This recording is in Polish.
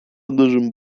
uderzył